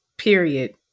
Period